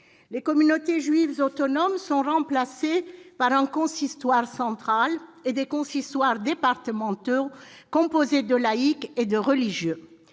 Les communautés juives autonomes sont remplacées par un consistoire central et des consistoires départementaux composés de laïcs et de religieux.